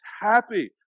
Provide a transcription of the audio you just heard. happy